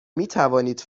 میتوانید